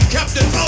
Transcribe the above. Captain